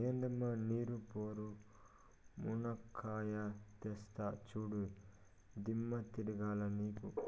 ఎందమ్మ నీ పోరు, మునక్కాయా తెస్తా చూడు, దిమ్మ తిరగాల నీకు